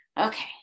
okay